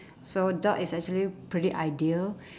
so dog is actually pretty ideal